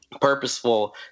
purposeful